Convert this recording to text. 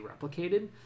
replicated